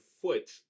foot